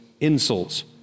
insults